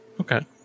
Okay